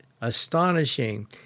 astonishing